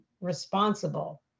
responsible